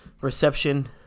reception